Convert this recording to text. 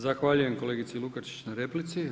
Zahvaljujem kolegici Lukačić na replici.